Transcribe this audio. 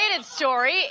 story